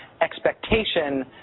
expectation